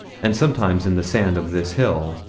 and sometimes in the sand of this hill,